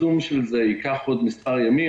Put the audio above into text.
יישום של זה ייקח עוד מספר ימים.